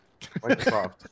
Microsoft